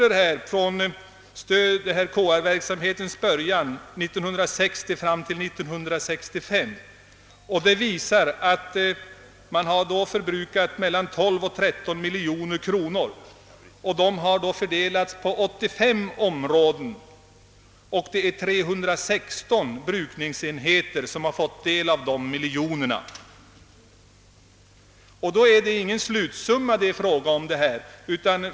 Jag har här några siffror från KR-verksamhetens början 1960 och fram till 1965, vilka visar att man förbrukat mellan 12 och 13 miljoner kronor. De har fördelats på 85 områden, och 316 brukningsenheter har fått del av miljonerna. Men det är ingen slutsumma.